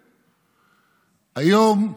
היום,